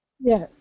Yes